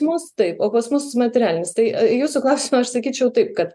mus taip o pas mus materialinis tai jūsų klausimą aš sakyčiau taip kad